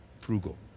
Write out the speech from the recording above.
Frugal